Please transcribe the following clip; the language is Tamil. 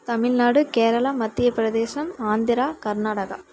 தமிழ்நாடு கேரளா மத்தியப்பிரதேசம் ஆந்திரா கர்நாடகா